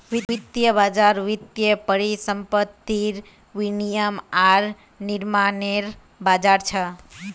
वित्तीय बज़ार वित्तीय परिसंपत्तिर विनियम आर निर्माणनेर बज़ार छ